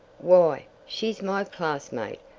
why, she's my classmate!